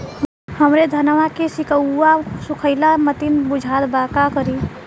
हमरे धनवा के सीक्कउआ सुखइला मतीन बुझात बा का करीं?